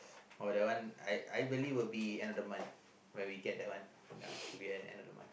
uh that one I I believe will be end of the month where we get that one uh should be end of the month